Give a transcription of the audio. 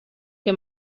que